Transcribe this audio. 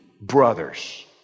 brothers